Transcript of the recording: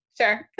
sure